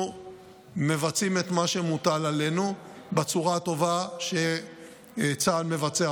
מבצעים את מה שמוטל עלינו בצורה הטובה שצה"ל מבצע.